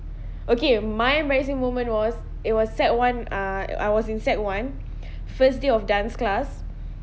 okay my embarrassing moment was it was sec one ah I was in sec one first day of dance class